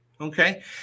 Okay